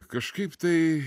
kažkaip tai